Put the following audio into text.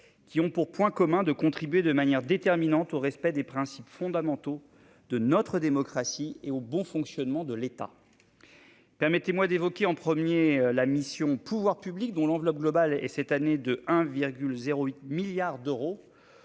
qui ont pour point commun de contribuer de manière déterminante au respect des principes fondamentaux de notre démocratie et au bon fonctionnement de l'État. Permettez-moi d'évoquer, en premier lieu, la mission « Pouvoirs publics », dont l'enveloppe globale est cette année de 1,08 milliard d'euros,